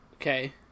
Okay